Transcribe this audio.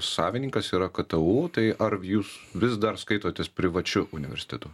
savininkas yra ktu tai ar jūs vis dar skaitotės privačiu universitetu